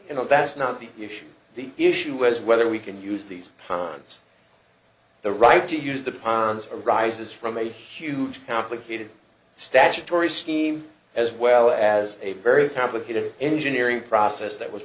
you know that's not the issue the issue is whether we can use these times the right to use the pons arises from a huge complicated statutory scheme as well as a very complicated engineering process that was